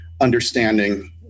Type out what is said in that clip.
understanding